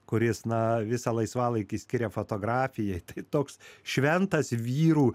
kuris na visą laisvalaikį skiria fotografijai tai toks šventas vyrų